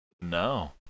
no